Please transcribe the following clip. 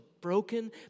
broken